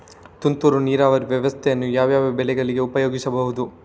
ತುಂತುರು ನೀರಾವರಿ ವ್ಯವಸ್ಥೆಯನ್ನು ಯಾವ್ಯಾವ ಬೆಳೆಗಳಿಗೆ ಉಪಯೋಗಿಸಬಹುದು?